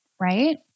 right